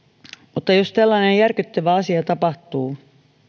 mutta jos tällainen järkyttävä asia tapahtuu